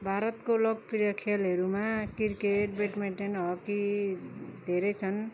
भारतको लोकप्रिय खेलहरूमा क्रिकेट ब्याडमिन्टन हकी धेरै छन्